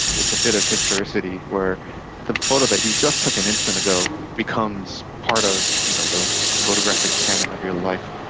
it's a bit of historicity where the photo that you just took an instant ago becomes part of you know the photographic canon of your life.